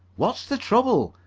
what's the trouble?